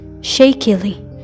shakily